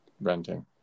renting